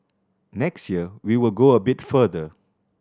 next year we will go a bit further